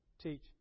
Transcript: teach